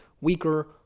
weaker